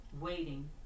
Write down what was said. waiting